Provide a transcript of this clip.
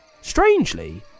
Strangely